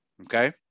okay